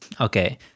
Okay